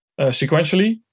sequentially